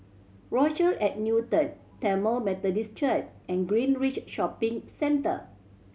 Rochelle at Newton Tamil Methodist Church and Greenridge Shopping Centre